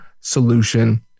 solution